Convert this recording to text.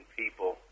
people